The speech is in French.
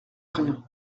rien